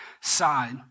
side